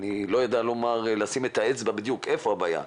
אני לא יודע לשים את האצבע בדיוק איפה הבעיה,